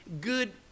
good